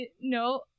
No